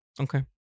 Okay